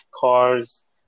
cars